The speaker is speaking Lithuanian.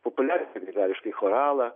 populiarinti grigališkąjį choralą